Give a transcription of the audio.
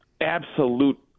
absolute